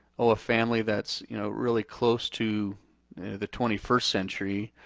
oh a family that's you know really close to the twenty first century.